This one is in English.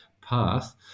path